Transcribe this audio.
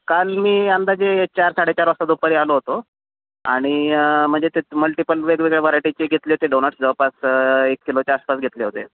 काल मी अंदाजे चार साडेचार वाजता दुपारी आलो होतो आणि म्हणजे ते मल्टिपल वेगवेगळ्या व्हरायटीचे घेतले होते डोनट जवळपास एक किलोच्या आसपास घेतले होते